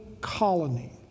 colony